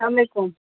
السلام علیکُم